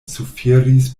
suferis